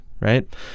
right